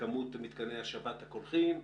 בכמות מתקני השבת הקולחים,